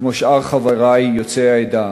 כמו שאר חברי יוצאי העדה.